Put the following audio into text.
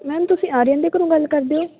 ma'am ਤੁਸੀਂ ਆਰਿਅਨ ਦੇ ਘਰੋਂ ਗੱਲ ਕਰਦੇ ਹੋ